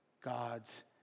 God's